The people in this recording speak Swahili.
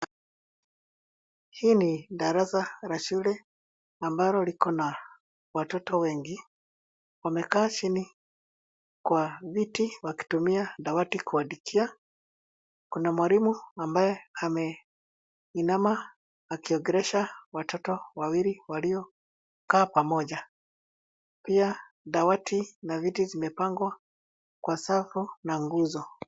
Hii ni darasa la shule ambalo liko na watoto wengi. Wamekaa chini kwa kiti wakitumia dawati kuandikia. Kuna mwalimu ambaye ameinama akiongelesha watoto wawili waliokaa pamoja. Pia, dawati na viti vimepangwa kwa safu na nguzo.